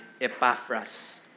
Epaphras